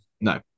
No